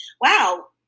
wow